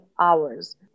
hours